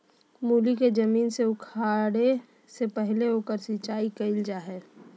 मूली के जमीन से उखाड़े से पहले ओकर सिंचाई कईल जा हइ